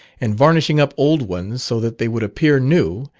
and varnishing up old ones so that they would appear new,